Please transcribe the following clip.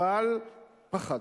אבל פחדת,